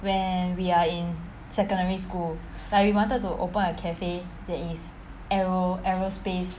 when we are in secondary school like we wanted to open a cafe that is aero~ aerospace